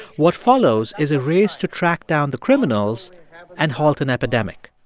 what follows is a race to track down the criminals and halt an epidemic,